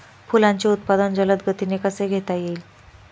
फुलांचे उत्पादन जलद गतीने कसे घेता येईल?